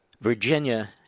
Virginia